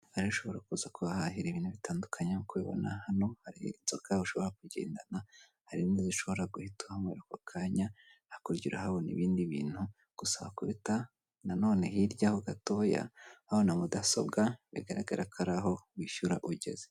Ushobora kuza kuhahahira ibintu bitandukanye kubibona hano hari inzoga ushobora kugendana harimo zishobora guhitamo akanya hakurya urahabona ibindi bintu gusa nkakubita na none hirya aho gatoya urahabona mudasobwa bigaragara ko ari aho bishyura ugeze.